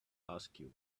askew